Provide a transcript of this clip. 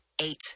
eight